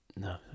No